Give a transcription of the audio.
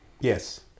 Yes